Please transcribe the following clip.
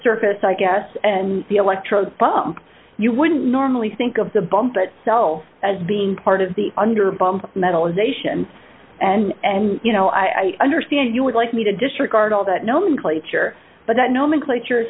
surface i guess and the electrodes bump you wouldn't normally think of the bump but self as being part of the under bump metal is a sion and and you know i understand you would like me to disregard all that nomenclature but that nomenclature